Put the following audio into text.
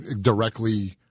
directly